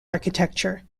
architecture